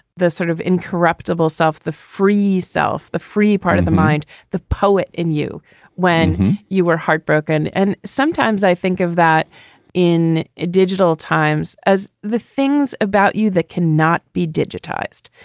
the sort of incorruptible self, the free self, the free part of the mind. the poet in you when you were heartbroken. and sometimes i think of that in ah digital times, as the things about you that can not be digitized.